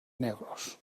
negros